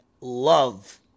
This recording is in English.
love